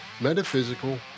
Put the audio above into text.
metaphysical